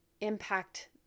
impact